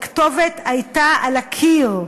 הכתובת הייתה על הקיר.